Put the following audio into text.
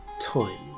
time